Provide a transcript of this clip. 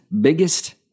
biggest